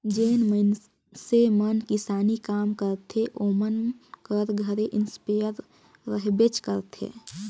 जेन मइनसे मन किसानी काम करथे ओमन कर घरे इस्पेयर रहबेच करथे